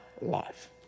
life